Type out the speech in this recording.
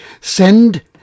Send